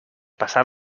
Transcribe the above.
pasar